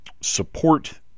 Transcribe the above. support